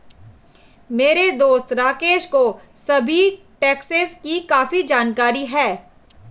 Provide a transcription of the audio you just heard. मेरे दोस्त राकेश को सभी टैक्सेस की काफी जानकारी है